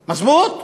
מזבוט?